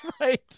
Right